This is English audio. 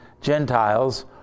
Gentiles